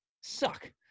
suck